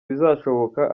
bizashoboka